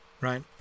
right